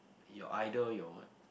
your idol your what